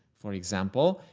for example,